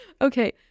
Okay